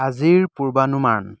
আজিৰ পূৰ্বানুমান